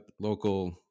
local